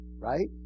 Right